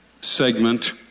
Segment